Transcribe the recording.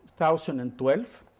2012